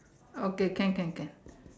okay can can can